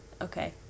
Okay